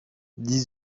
dix